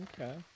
okay